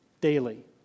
daily